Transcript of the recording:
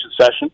session